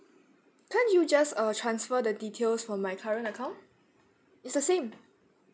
can't you just err transfer the details from my current account it's the same